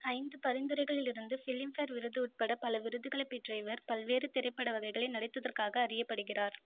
ஐந்து பரிந்துரைகளிலிருந்து ஃபிலிம்ஃபேர் விருது உட்பட பல விருதுகளைப் பெற்ற இவர் பல்வேறு திரைப்பட வகைகளில் நடித்ததற்காக அறியப்படுகிறார்